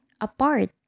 apart